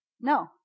no